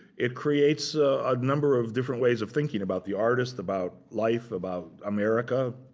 it creates a number of different ways of thinking about the artist, about life, about america.